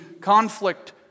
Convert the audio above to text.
conflict